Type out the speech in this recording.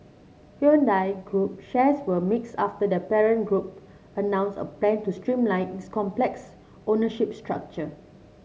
Hyundai Group shares were mixed after their parent group announced a plan to streamline its complex ownership structure